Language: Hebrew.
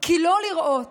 כי לא לראות